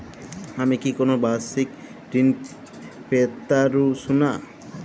আমি কি কোন বাষিক ঋন পেতরাশুনা?